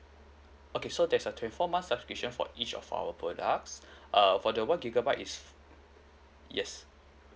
okay so there's a twenty four months subscription for each of our products err for the one gigabyte is yes